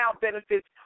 benefits